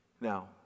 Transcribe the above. Now